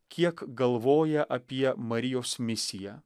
kiek galvoja apie marijos misiją